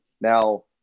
Now